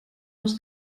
les